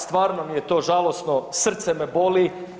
Stvarno mi je to žalosno, srce me boli.